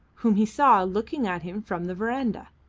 whom he saw looking at him from the verandah.